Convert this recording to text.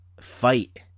fight